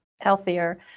healthier